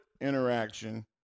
interaction